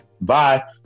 bye